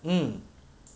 um